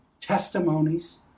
testimonies